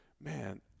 man